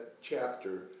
chapter